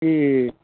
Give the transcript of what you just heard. ఈ